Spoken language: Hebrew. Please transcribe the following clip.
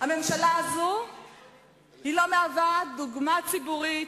הממשלה הזאת לא משמשת דוגמה ציבורית,